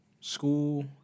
school